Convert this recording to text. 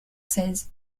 seize